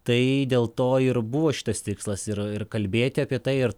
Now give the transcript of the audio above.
tai dėl to ir buvo šitas tikslas ir kalbėti apie tai ir